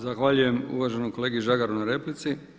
Zahvaljujem uvaženom kolegi Žagaru na replici.